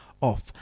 off